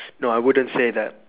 no I wouldn't say that